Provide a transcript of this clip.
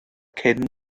cyn